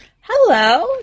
Hello